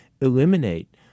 eliminate